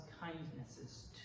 kindnesses